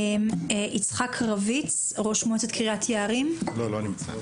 יצחק רביץ, ראש מועצת קריית יערים לא נמצא.